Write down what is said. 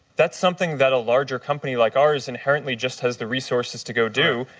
that's something that a larger company like ours inherently just has the resources to go do.